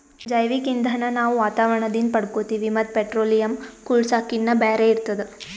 ಜೈವಿಕ್ ಇಂಧನ್ ನಾವ್ ವಾತಾವರಣದಿಂದ್ ಪಡ್ಕೋತೀವಿ ಮತ್ತ್ ಪೆಟ್ರೋಲಿಯಂ, ಕೂಳ್ಸಾಕಿನ್ನಾ ಬ್ಯಾರೆ ಇರ್ತದ